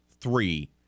three